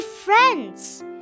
friends